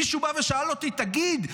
מישהו בא ושאל אותי: תגיד,